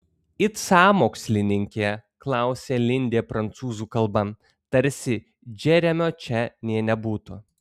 it sąmokslininkė klausia lindė prancūzų kalba tarsi džeremio čia nė nebūtų